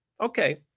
Okay